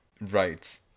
Right